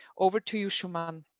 over to you, shumann.